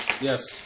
Yes